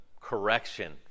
correction